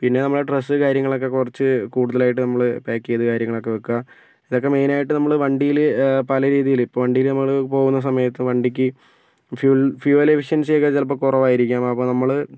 പിന്നെ നമ്മുടെ ഡ്രസ്സ് കാര്യങ്ങളൊക്കെ കുറച്ച് കൂടുതലായിട്ട് നമ്മള് പാക്ക് ചെയ്ത് കാര്യങ്ങളൊക്കെ വയ്ക്കുക ഇതൊക്കെ മെയിനായിട്ട് നമ്മളുടെ വണ്ടിയില് പലരീതിയില് ഇപ്പോൾ വണ്ടിയില് നമ്മള് പോകുന്ന സമയത്ത് വണ്ടിക്ക് ഫ്യുവൽ ഫ്യുവൽ എഫിഷ്യൻസി ഒക്കെ ചിലപ്പോൾ കുറവായിരിക്കും അപ്പം നമ്മള്